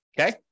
okay